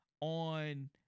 on